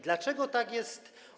Dlaczego tak jest?